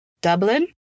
Dublin